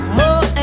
more